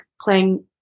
playing